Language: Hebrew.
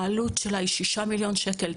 העלות שלה היא 6 מיליון שקלים.